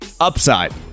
Upside